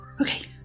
okay